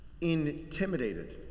intimidated